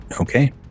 Okay